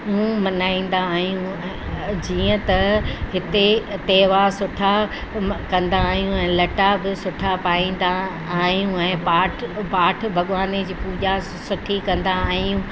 ऊं मल्हाईंदा आहियूं जीअं त हिते त्योहार सुठा म कंदा आहियूं ऐं लटा बि सुठा पाईंदा आहियूं ऐं पाठ पाठ भॻवान जी पूॼा सुठी कंदा आहियूं